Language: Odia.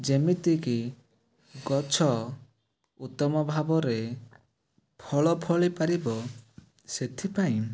ଯେମିତି କି ଗଛ ଉତ୍ତମ ଭାବରେ ଫଳ ଫଳି ପାରିବ ସେଥିପାଇଁ